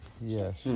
yes